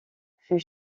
fut